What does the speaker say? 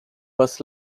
bus